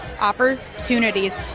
opportunities